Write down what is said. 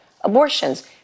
abortions